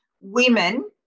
women